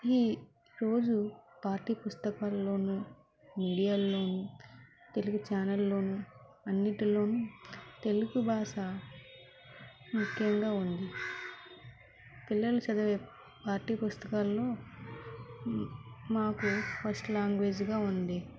ఈరోజు పాఠ్యపుస్తకాలోను మీడియాల్లోను తెలుగు ఛానల్లోనూ అన్నిటిలోనూ తెలుగు భాష ముఖ్యంగా ఉంది పిల్లలు చదివే పాఠ్య పుస్తకాల్లో మాకు ఫస్ట్ లాంగ్వేజ్గా ఉంది